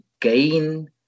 gain